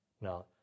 Now